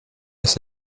das